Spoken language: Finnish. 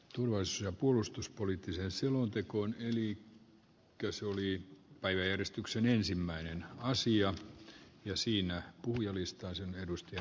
tulos ja puolustuspoliittiseen selontekoon eli ykkösulin taideyhdistyksen ensimmäinen asia ja siinä julistaa sen afganistaniin